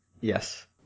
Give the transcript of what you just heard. Yes